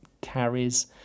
carries